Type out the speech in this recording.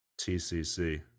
TCC